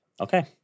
Okay